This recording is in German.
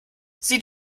sie